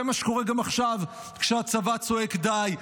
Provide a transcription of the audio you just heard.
זה מה שקורה גם עכשיו כשהצבא צועק די,